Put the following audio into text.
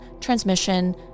transmission